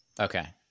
Okay